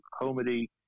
comedy